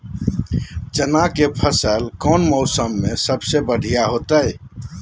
चना के फसल कौन मौसम में सबसे बढ़िया होतय?